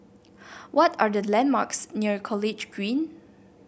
what are the landmarks near College Green